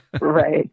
Right